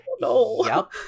no